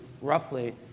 roughly